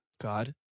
God